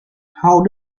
how